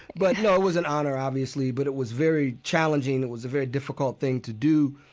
but, no, it was an honor, obviously. but it was very challenging. it was a very difficult thing to do.